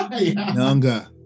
younger